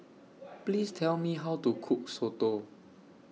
Please Tell Me How to Cook Soto